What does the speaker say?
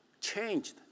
changed